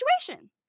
situation